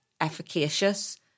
efficacious